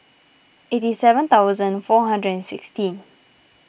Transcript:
eighty seven thousand four hundred and sixteen